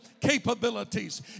capabilities